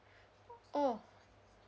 oh